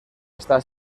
está